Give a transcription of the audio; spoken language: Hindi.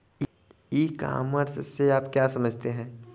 ई कॉमर्स से आप क्या समझते हैं?